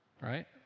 Right